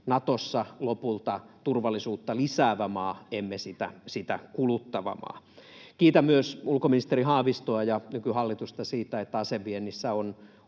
Natossa lopulta turvallisuutta lisäävä maa, emme sitä kuluttava maa. Kiitän myös ulkoministeri Haavistoa ja nykyhallitusta siitä, että aseviennissä on